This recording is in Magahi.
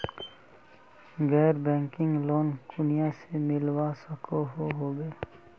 गैर बैंकिंग लोन कुनियाँ से मिलवा सकोहो होबे?